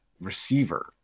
receiver